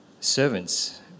Servants